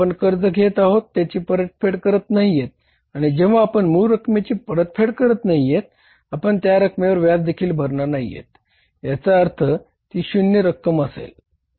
आपण कर्ज घेत आहोत त्याची परतफेड करत नाहीयेत आणि जेंव्हा आपण मूळ रकमेचीच परतफेड करत नाहीयेत आपण त्यारकमेवर व्याजदेखील भरणार नाहीयेत याचाच अर्थ ती शून्य रक्कम असेल